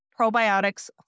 probiotics